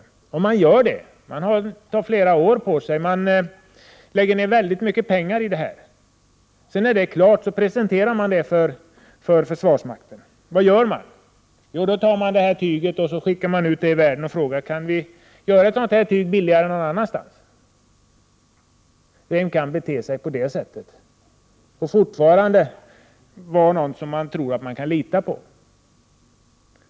Företagen tar fram detta tyg — man tar flera år på sig att göra det. Mycket pengar läggs ner i detta arbete. När arbetet är klart presenterar man resultatet för försvarsmakten. Vad gör försvarsmakten? Försvarsmakten tar tyget och skickar ut det i världen och frågar om det kan tillverkas billigare någon annanstans. Vem kan bete sig så och fortfarande vara någon som man skall kunna lita på?